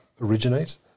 originate